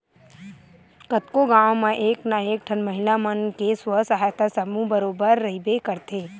कतको गाँव म एक ना एक ठन महिला मन के स्व सहायता समूह बरोबर रहिबे करथे